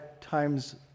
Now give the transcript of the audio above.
times